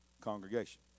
congregation